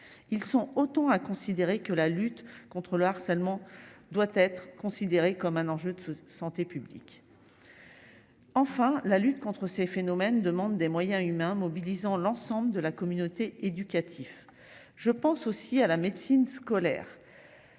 ils sont autant à considérer que la lutte contre le harcèlement doit être considérée comme un enjeu de santé publique, enfin la lutte contre ces phénomènes demande des moyens humains, mobilisant l'ensemble de la communauté éducative, je pense aussi à la médecine scolaire,